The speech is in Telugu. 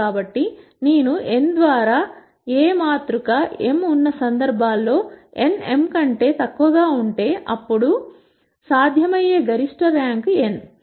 కాబట్టి నేను n ద్వారా A మాతృక m ఉన్న సందర్భాల్లో n m కంటే తక్కువగా ఉంటే అప్పుడు సాధ్యమయ్యే గరిష్ట ర్యాంక్ n